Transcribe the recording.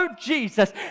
Jesus